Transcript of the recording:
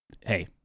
Hey